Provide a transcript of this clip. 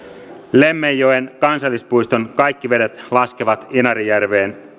lemmenjoen kansallispuiston kaikki vedet laskevat inarijärveen